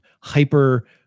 hyper